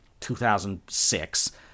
2006